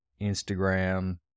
Instagram